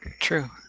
True